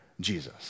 Jesus